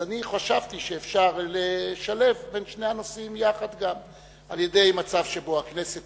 אז אני חשבתי שאפשר לשלב את שני הנושאים יחד על-ידי מצב שבו הכנסת